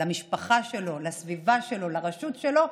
למשפחה שלו, לסביבה שלו, לרשות שלו,